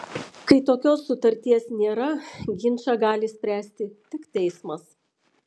kai tokios sutarties nėra ginčą gali išspręsti tik teismas